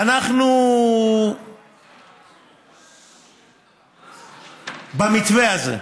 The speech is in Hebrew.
ואנחנו במתווה הזה בהפיכה.